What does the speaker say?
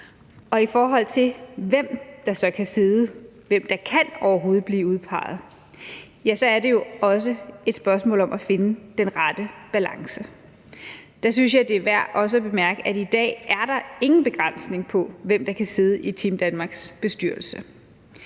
Og i forhold til hvem der så overhovedet kan blive udpeget, er det også et spørgsmål om at finde den rette balance. Der synes jeg det er værd også at bemærke, at der i dag ingen begrænsning er på, hvem der kan sidde i Team Danmarks bestyrelse.